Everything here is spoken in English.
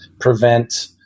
prevent